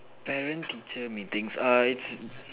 parent teacher meetings err it's